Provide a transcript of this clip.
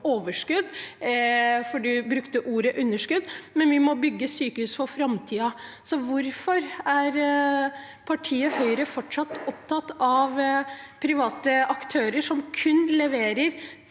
overskudd – representanten brukte ordet «underskudd» – men vi må bygge dem for framtiden. Hvorfor er partiet Høyre fortsatt opptatt av private aktører som kun leverer